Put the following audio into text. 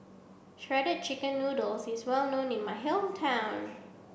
shredded chicken noodles is well known in my hometown